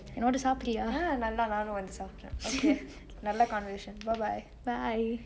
ah நல்லா நானு வந்து சாப்புட்ரே:alla naanu vanthu saapudre okay நல்ல:nalle conversation bye bye